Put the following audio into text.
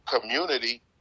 community